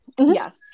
Yes